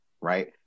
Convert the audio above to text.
right